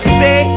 say